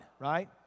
right